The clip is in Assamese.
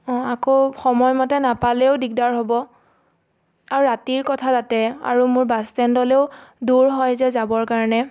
অঁ আকৌ সময়মতে নাপালেও দিগদাৰ হ'ব আৰু ৰাতিৰ কথা তাতে আৰু মোৰ বাছ ষ্টেণ্ডলেও দূৰ হয় যে যাবৰ কাৰণে